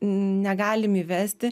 negalim įvesti